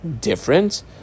different